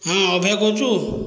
ହଁ ଅଭୟ କହୁଛୁ